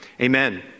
Amen